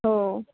हो